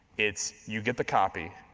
it's you get the copy,